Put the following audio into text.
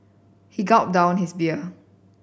he gulped down his beer